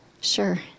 Sure